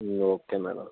okay madam